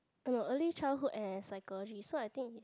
no early childhood and psychology so I think is